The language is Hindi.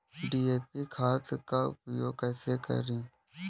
डी.ए.पी खाद का उपयोग कैसे करें?